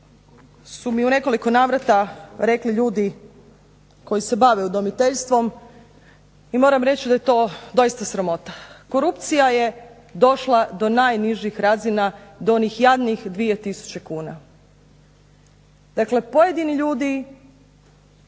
su mi u nekoliko navrata rekli ljudi koji se bave udomiteljstvom i moram reći da je to doista sramota. Korupcija je došla do najnižih razina, do onih jadnih 2 tisuće kuna. Dakle, pojedini ljudi